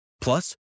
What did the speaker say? Plus